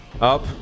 Up